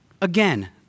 again